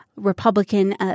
Republican